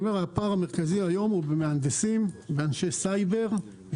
הפער המרכזי היום הוא במהנדסים ואנשי סייבר כי